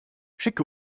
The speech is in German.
schicke